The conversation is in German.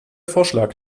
vorschlag